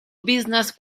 business